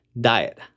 diet